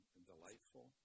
delightful